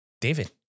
David